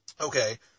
Okay